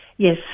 Yes